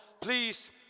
Please